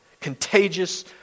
Contagious